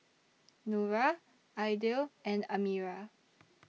Nura Aidil and Amirah